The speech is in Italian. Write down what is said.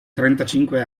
trentacinque